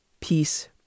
Peace